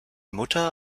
mutter